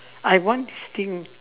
I want this thing